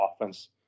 offense